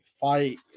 fight